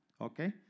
okay